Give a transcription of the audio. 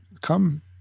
come